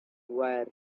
wire